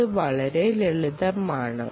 അത് വളരെ ലളിതമാണ്